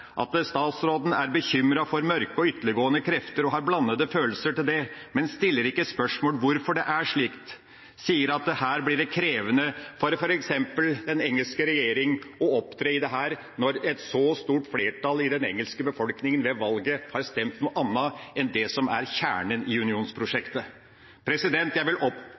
at statsråden er bekymret for mørke og ytterliggående krefter og har blandede følelser overfor det, men ikke stiller spørsmål ved hvorfor det er slik. Han sier at det blir krevende for f.eks. den britiske regjeringa å opptre i dette når et så stort flertall i befolkninga ved valget har stemt noe annet enn for det som er kjernen i unionsprosjektet. Jeg vil